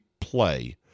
play